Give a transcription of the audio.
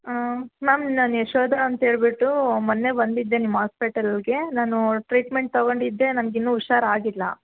ma'am ನಾನು ಯಶೋಧ ಅಂತ ಹೇಳಿಬಿಟ್ಟು ಮೊನ್ನೆ ಬಂದಿದ್ದೆ ನಿಮ್ಮ ಹಾಸ್ಪೆಟಲ್ಗೆ ನಾನು ಟ್ರೀಟ್ಮೆಂಟ್ ತೊಗೊಂಡಿದ್ದೆ ನನಗಿನ್ನೂ ಹುಷಾರು ಆಗಿಲ್ಲ